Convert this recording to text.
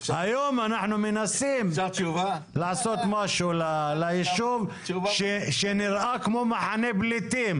היום אנחנו מנסים לעשות משהו ליישוב שנראה כמו מחנה פליטים.